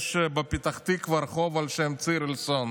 יש בפתח תקווה רחוב על שם צירלסון,